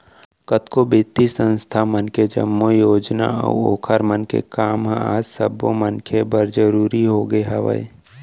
कतको बित्तीय संस्था मन के जम्मो योजना अऊ ओखर मन के काम ह आज सब्बो मनखे बर जरुरी होगे हवय